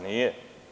Nije.